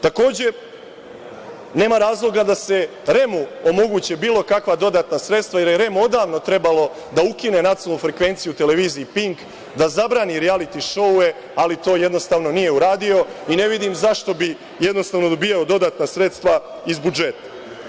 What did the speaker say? Takođe, nema razloga da se REM-u omogući bilo kakva dodatna sredstva, jer je REM odavno trebalo da ukine nacionalnu frekvenciju televiziji Pink, da zabrani rijaliti šouove, ali to jednostavno nije uradio i ne vidim zašto bi dobijao dodatna sredstva iz budžeta.